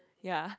ya